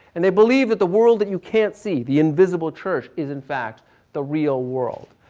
and they believe that the world that you can't see, the invisible church is in fact the real world.